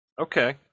okay